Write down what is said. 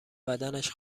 بدنش